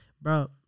Bro